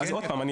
אז עוד פעם,